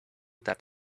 that